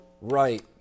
Right